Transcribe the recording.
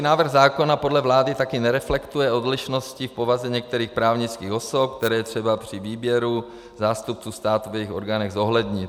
Návrh zákona podle vlády také nereflektuje odlišnosti v povaze některých právnických osob, které je třeba při výběru zástupců státu v jejich orgánech zohlednit.